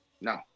No